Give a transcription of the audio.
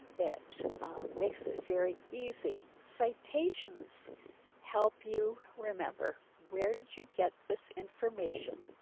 it makes it very easy citations help you remember where did you get this information.